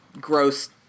gross